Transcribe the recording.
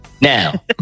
Now